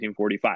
1945